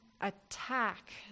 attack